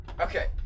Okay